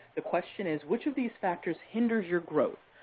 the question is, which of these factors hinders your growth?